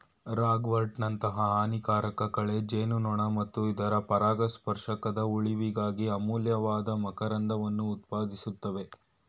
ರಾಗ್ವರ್ಟ್ನಂತಹ ಹಾನಿಕಾರಕ ಕಳೆ ಜೇನುನೊಣ ಮತ್ತು ಇತರ ಪರಾಗಸ್ಪರ್ಶಕದ ಉಳಿವಿಗಾಗಿ ಅಮೂಲ್ಯವಾದ ಮಕರಂದವನ್ನು ಉತ್ಪಾದಿಸ್ತವೆ